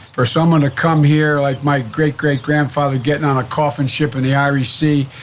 for someone to come here like my great-great-grandfather getting on a coffin ship in the irish sea,